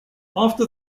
after